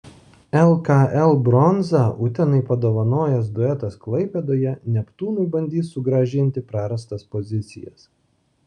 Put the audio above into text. lkl bronzą utenai padovanojęs duetas klaipėdoje neptūnui bandys sugrąžinti prarastas pozicijas